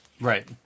Right